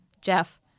Jeff